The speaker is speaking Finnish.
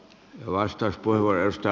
arvoisa puhemies